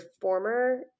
former